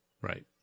Right